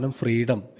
freedom